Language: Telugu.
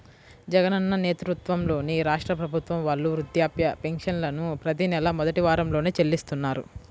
జగనన్న నేతృత్వంలోని రాష్ట్ర ప్రభుత్వం వాళ్ళు వృద్ధాప్య పెన్షన్లను ప్రతి నెలా మొదటి వారంలోనే చెల్లిస్తున్నారు